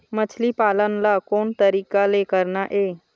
मछली पालन ला कोन तरीका ले करना ये?